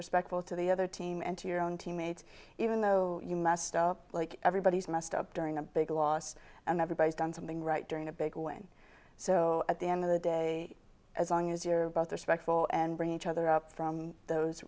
respectful to the other team and to your own teammates even though you messed up like everybody's messed up during a big loss and everybody's done something right during a big win so at the end of the day as long as you're about the spectacle and bring each other up from those